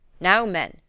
now men,